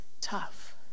tough